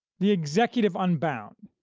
the executive unbound,